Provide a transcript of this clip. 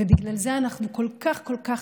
ובגלל זה אנחנו כל כך כל כך